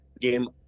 game